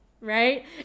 Right